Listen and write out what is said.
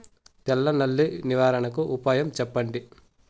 తెల్ల నల్లి నివారణకు ఉపాయం చెప్పండి?